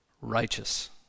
righteous